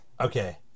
Okay